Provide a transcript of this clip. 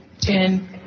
ten